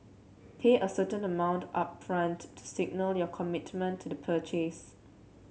pay a certain amount upfront to signal your commitment to the purchase